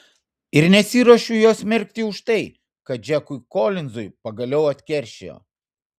ir nesiruošiu jos smerkti už tai kad džekui kolinzui pagaliau atkeršijo